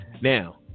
now